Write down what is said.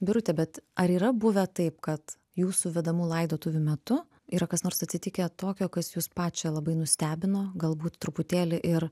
birute bet ar yra buvę taip kad jūsų vedamų laidotuvių metu yra kas nors atsitikę tokio kas jus pačią labai nustebino galbūt truputėlį ir